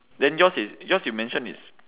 then yours is yours you mention is